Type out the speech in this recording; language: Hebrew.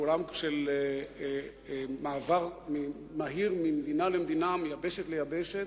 בעולם של מעבר מהיר ממדינה למדינה ומיבשת ליבשת,